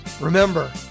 Remember